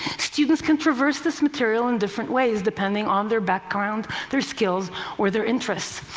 students can traverse this material in different ways, depending on their background, their skills or their interests.